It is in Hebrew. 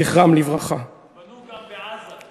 זכרם לברכה, הם בנו גם בעזה.